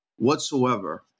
whatsoever